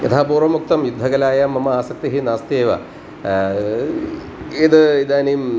यथा पूर्वम् उक्तं युद्धकलायां मम आसक्तिः नास्ति एव यद् इदानीं